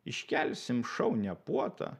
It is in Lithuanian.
iškelsim šaunią puotą